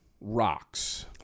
Rocks